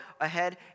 ahead